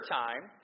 time